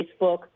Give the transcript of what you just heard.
Facebook